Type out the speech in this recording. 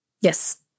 Yes